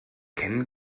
kennen